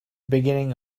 beginning